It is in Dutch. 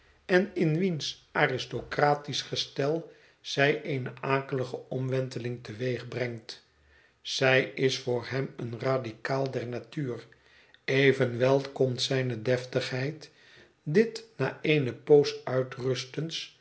en in wiens aristocratisch gestel zij eene akelige omwenteling teweegbrengt zij is voor hem een radicaal der natuur evenwel komt zijne deftigheid dit na eene poos uitrustens